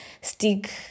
stick